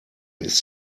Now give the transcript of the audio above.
ist